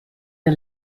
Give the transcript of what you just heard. der